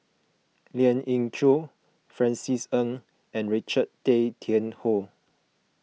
Lien Ying Chow Francis Ng and Richard Tay Tian Hoe